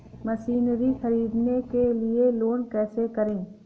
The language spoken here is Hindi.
मशीनरी ख़रीदने के लिए लोन कैसे करें?